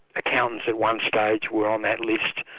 accountants at one stage were on that list,